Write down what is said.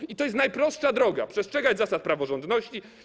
I to jest najprostsza droga: przestrzegać zasad praworządności.